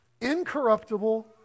incorruptible